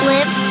Live